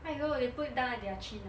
!aiyo! they pull it down at their chin ah